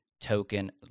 Token